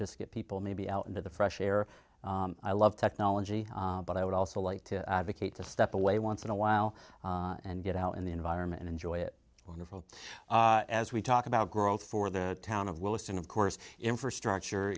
just get people maybe out into the fresh air i love technology but i would also like to advocate to step away once in a while and get out in the environment enjoy it or go as we talk about growth for the town of williston of course infrastructure